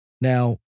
Now